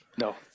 No